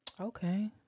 Okay